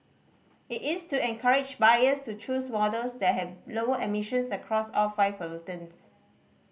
it is to encourage buyers to choose models that have lower emissions across all five pollutants